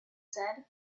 said